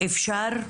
זה אפשרי,